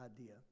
idea